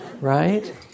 right